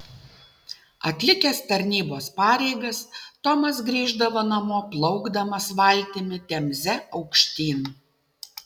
atlikęs tarnybos pareigas tomas grįždavo namo plaukdamas valtimi temze aukštyn